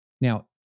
Now